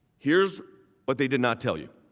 here's what they did not tell you.